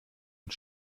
und